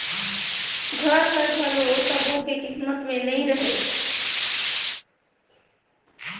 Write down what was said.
घर हर घलो सब्बो के किस्मत में नइ रहें